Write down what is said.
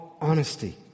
honesty